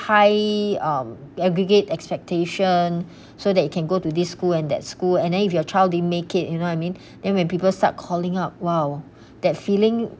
high um aggregate expectation so that you can go to this school and that school and then if your child didn't make it you know what I mean then when people start calling up !wow! that feeling